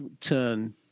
turn